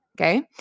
Okay